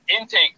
intake